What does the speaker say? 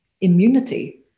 immunity